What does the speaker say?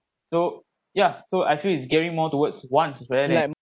yeah so actually is gearing more towards wants rather than